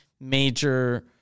major